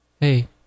Hey